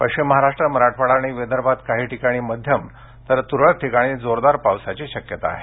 पश्चिम महाराष्ट्र मराठवाडा आणि विदर्भात काही ठिकाणी मध्यम तर तुरळक ठिकाणी जोरदार पावसाची शक्यता आहे